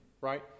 right